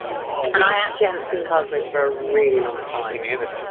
and i actually haven't seen cast away for a really long time. me, neither.